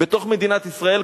בתוך מדינת ישראל,